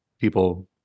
people